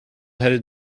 headed